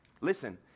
listen